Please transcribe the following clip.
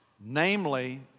namely